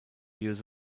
use